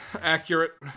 accurate